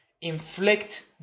inflict